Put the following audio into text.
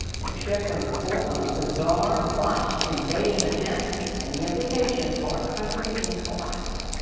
nick schifrin reports on a bizarre botched invasion attempt and the implications for a country in collapse.